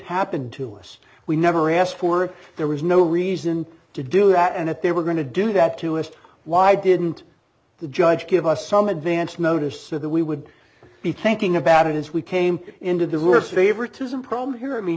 happen to us we never asked for it there was no reason to do that and if they were going to do that to us why didn't the judge give us some advance notice so that we would be thinking about it as we came into the work favoritism problem here i mean